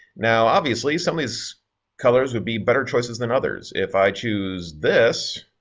now obviously some of these colours would be better choices than others. if i choose this,